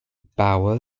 bauer